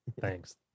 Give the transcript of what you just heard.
Thanks